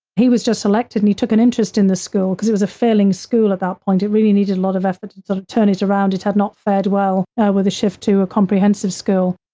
he was just elected and he took an interest in the school because it was a failing school at that point, it really needed a lot of effort to to turn it around it had not fared well with a shift to a comprehensive school.